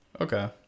Okay